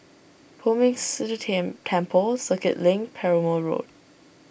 Poh Ming Tse Temple Circuit Link Perumal Road